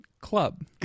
Club